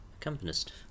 accompanist